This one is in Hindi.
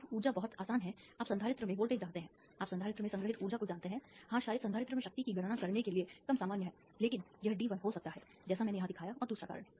अब ऊर्जा बहुत आसान है आप संधारित्र में वोल्टेज जानते हैं आप संधारित्र में संग्रहीत ऊर्जा को जानते हैं हां शायद संधारित्र में शक्ति की गणना करने के लिए कम सामान्य है लेकिन यह d1 हो सकता है जैसा मैंने यहां दिखाया और दूसरा कारण